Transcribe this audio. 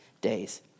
days